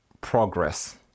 progress